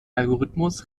algorithmus